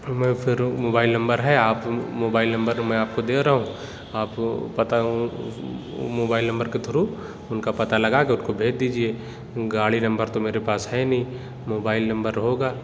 میں پھر mobile number ہے آپ موبائل نمبر میں آپ کو دے رہا ہوں آپ پتا موبائل نمبر کے تھرو اُن کا پتا لگا کر اُن کو بھیج دیجیے گاڑی نمبر تو میرے پاس ہے نہیں موبائل نمبر ہوگا